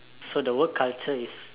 so the word culture is